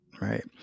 Right